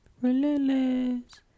relentless